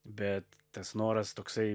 bet tas noras toksai